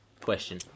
question